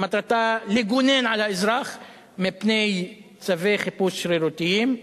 שמטרתה לגונן על האזרח מפני צווי חיפוש שרירותיים,